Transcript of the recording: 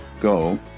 go